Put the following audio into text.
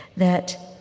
that